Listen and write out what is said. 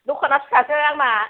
दखाना फिसासो आंना